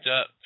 up